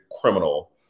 criminal